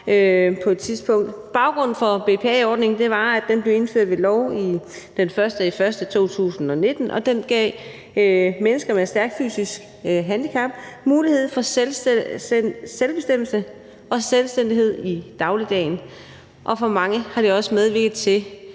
Baggrunden for BPA-ordningen var, at den blev indført ved lov den 1. januar 2019, og den gav mennesker med stærkt fysisk handicap mulighed for selvbestemmelse og selvstændighed i dagligdagen, og for mange har den også medvirket til,